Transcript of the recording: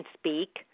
speak